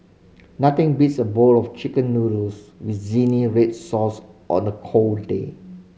nothing beats a bowl of Chicken Noodles with zingy red sauce on a cold day